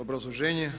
Obrazloženje.